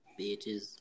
bitches